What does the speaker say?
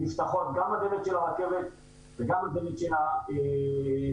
נפתחות הדלתות של הרכבת וגם הדלת של הרציף,